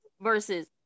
versus